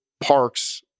Parks